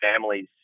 families